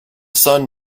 son